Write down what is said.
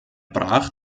brach